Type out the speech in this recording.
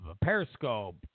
Periscope